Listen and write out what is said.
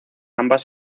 ambas